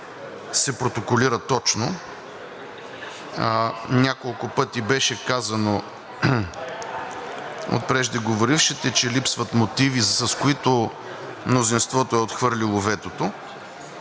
да се протоколира точно. Няколко пъти беше казано от преждеговорившите, че липсват мотиви, с които мнозинството е отхвърлило ветото.